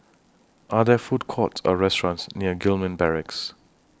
Are There Food Courts Or restaurants near Gillman Barracks